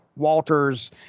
walters